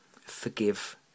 forgive